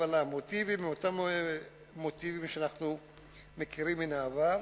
אבל המוטיבים הם אותם מוטיבים שאנחנו מכירים מן העבר.